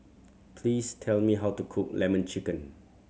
please tell me how to cook Lemon Chicken